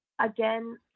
again